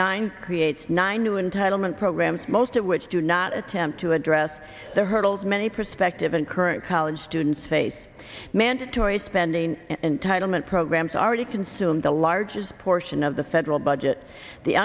nine creates nine new entitlement programs most of which do not attempt to address the hurdles many prospective and current college students face mandatory spending and title meant programs already consumed the largest portion of the federal budget the